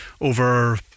over